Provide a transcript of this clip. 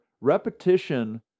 Repetition